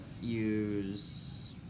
use